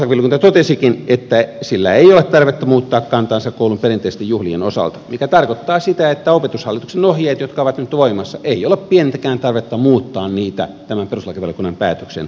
perustuslakivaliokunta totesikin että sillä ei ole tarvetta muuttaa kantaansa koulun perinteisten juhlien osalta mikä tarkoittaa sitä että opetushallituksen ohjeita jotka ovat nyt voimassa ei ole pienintäkään tarvetta muuttaa tämän perustuslakivaliokunnan päätöksen jälkeen